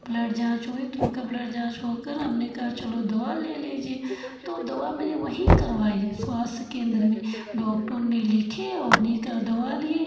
blood जाँच हुई तो उनका ब्लड जाँच होकर हमने कहा चलो दवा ले लीजिए तो दवा मैंने वहीं करवाई स्वास्थ्य केंद्र में डॉक्टर ने लिखे और उन्हीं का दवा लिए